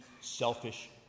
selfish